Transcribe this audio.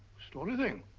sorted thing.